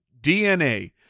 DNA